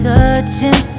Searching